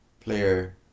player